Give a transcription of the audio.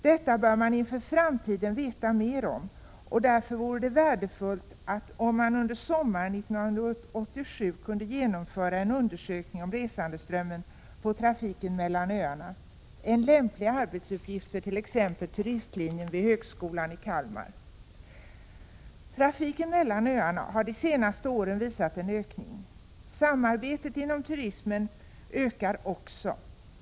Detta bör man inför framtiden veta mer om, och därför vore det värdefullt om man under sommaren 1987 kunde genomföra en undersökning om resandeströmmen när det gäller trafiken mellan öarna, en lämplig arbetsuppgift för t.ex. turistlinjen vid högskolan i Kalmar. Trafiken mellan öarna har de senaste åren visat en ökning. Samarbetet inom turismen ökar också.